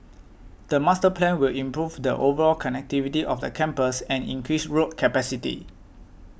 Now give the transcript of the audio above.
the master plan will improve the overall connectivity of the campus and increase road capacity